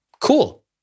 Cool